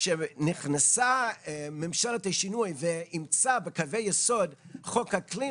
כשנכנסה ממשלת השינוי ואימצה בכזה יסוד חוק אקלים,